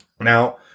Now